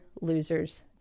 losers